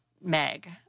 Meg